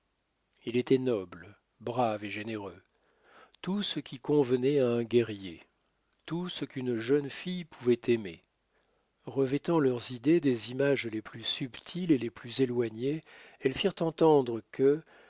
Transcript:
il était noble brave et généreux tout ce qui convenait à un guerrier tout ce qu'une jeune fille pouvait aimer revêtant leurs idées des images les plus subtiles et les plus éloignées elles firent entendre que